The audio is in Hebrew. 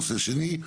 נושא שני,